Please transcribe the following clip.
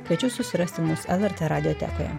kviečiu susirasti mus lrt radiotekoje